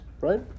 right